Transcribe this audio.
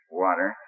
water